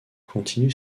continue